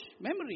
Memory